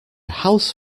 house